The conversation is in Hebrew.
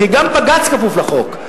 כי גם בג"ץ כפוף לחוק.